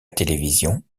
télévision